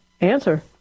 answer